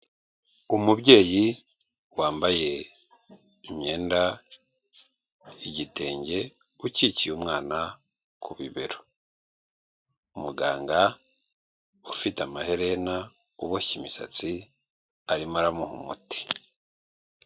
Umubyeyi wambaye imyenda y'igitenge, ukikiye umwana ku bibero. Umuganga ufite amaherena, uboshye imisatsi, arimo aramuha umuti.